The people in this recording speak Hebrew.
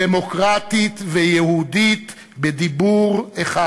דמוקרטית ויהודית בדיבור אחד,